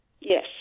Yes